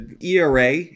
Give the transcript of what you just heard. ERA